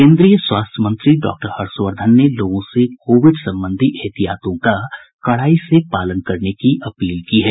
केन्द्रीय स्वास्थ्य मंत्री डॉक्टर हर्षवर्धन ने लोगों से कोविड संबंधी एहतियातों का कड़ाई से पालन करने की अपील की है